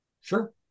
Sure